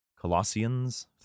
Colossians